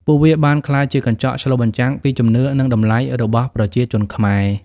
ពួកវាបានក្លាយជាកញ្ចក់ឆ្លុះបញ្ចាំងពីជំនឿនិងតម្លៃរបស់ប្រជាជនខ្មែរ។